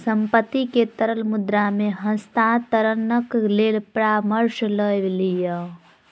संपत्ति के तरल मुद्रा मे हस्तांतरणक लेल परामर्श लय लिअ